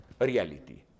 reality